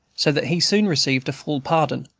so that he soon received a full pardon,